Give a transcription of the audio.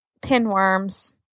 pinworms